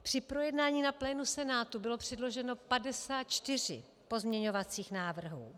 Při projednání na plénu Senátu bylo předloženo 54 pozměňovacích návrhů.